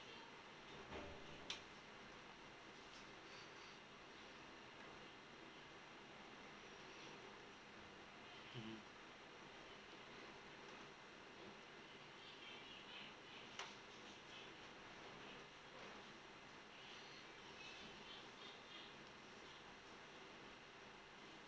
mm